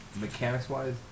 mechanics-wise